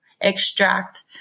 extract